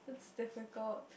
it's difficult